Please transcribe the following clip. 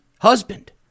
husband